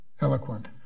eloquent